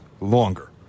longer